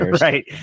right